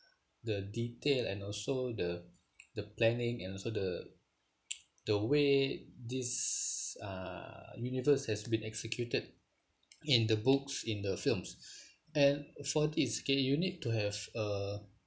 the detail and also the the planning and also the the way this uh universe has been executed in the books in the films and for this okay you need to have a